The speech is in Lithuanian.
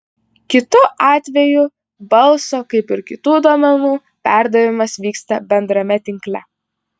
kitu atveju balso kaip ir kitų duomenų perdavimas vyksta bendrame tinkle